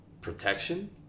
protection